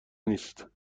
نیست